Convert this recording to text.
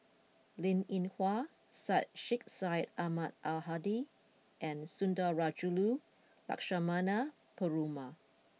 Linn In Hua Syed Sheikh Syed Ahmad Al Hadi and Sundarajulu Lakshmana Perumal